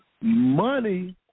money